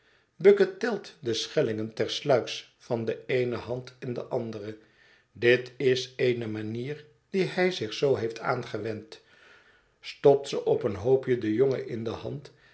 bucket telt de schellingen tersluiks van de eene hand in de andere dit is eene manier die hij zich zoo heeft aangewend stopt ze op een hoopje den jongen in de hand